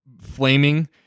flaming